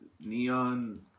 neon